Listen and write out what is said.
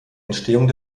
entstehung